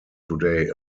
today